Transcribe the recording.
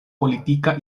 politika